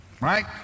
Right